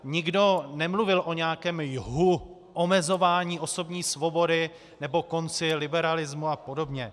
Nikdo nemluvil o nějakém jhu omezování osobní svobody nebo konci liberalismu a podobně.